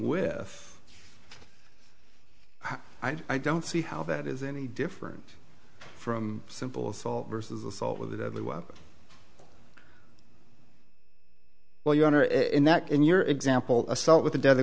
with i don't see how that is any different from simple assault versus assault with a deadly weapon well your honor in that in your example assault with a deadly